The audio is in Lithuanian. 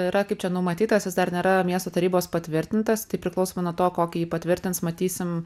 yra kaip čia numatytas jis dar nėra miesto tarybos patvirtintas tai priklausomai nuo to kokį jį patvirtins matysim